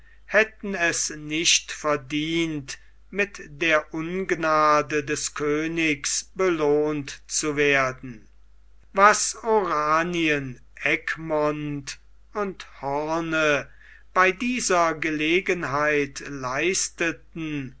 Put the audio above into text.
hätten es nicht verdient mit der ungnade des königs belohnt zu werden was oranien egmont und hoorn bei dieser gelegenheit leisteten